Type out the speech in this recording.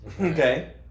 Okay